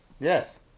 Yes